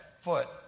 foot